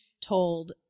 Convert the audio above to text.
told